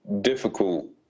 difficult